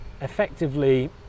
effectively